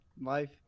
Life